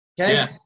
Okay